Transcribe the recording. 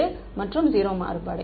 மாணவர் 0 மாறுபாடு